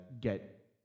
get